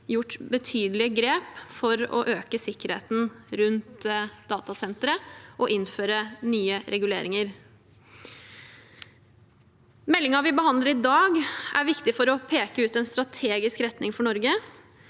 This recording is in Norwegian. tatt betydelige grep for å øke sikkerheten rundt datasenteret og innført nye reguleringer. Meldingen vi behandler i dag, er viktig for å peke ut en strategisk retning for Norge.